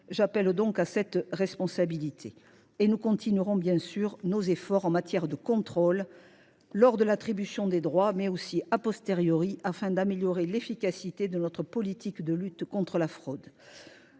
preuve de responsabilité. Nous continuerons, bien sûr, nos efforts en matière de contrôle lors de l’attribution des droits et aussi, afin d’améliorer l’efficacité de notre politique de lutte contre la fraude.